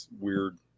weird